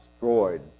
destroyed